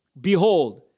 Behold